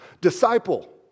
disciple